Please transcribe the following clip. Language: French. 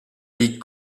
ligue